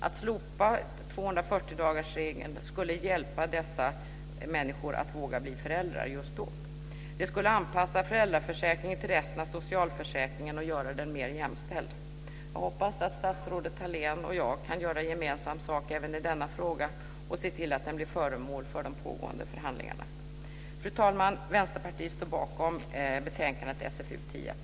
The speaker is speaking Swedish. Att slopa 240 dagarsregeln skulle hjälpa dessa människor att våga bli föräldrar just då. Det skulle anpassa föräldraförsäkringen till resten av socialförsäkringen och göra den mer jämställd. Jag hoppas att statsrådet Thalén och jag kan göra gemensam sak även i denna fråga och se till att den blir föremål för de pågående förhandlingarna. Fru talman! Vänsterpartiet står bakom förslaget i betänkandet SfU10.